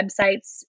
websites